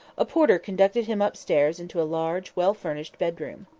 a porter conducted him up-stairs into a large, well-furnished bedroom.